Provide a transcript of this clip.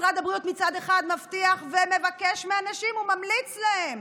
משרד הבריאות מצד אחד מבטיח ומבקש מאנשים וממליץ להם